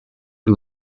for